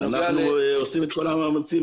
אנחנו עושים את כל המאמצים.